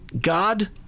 God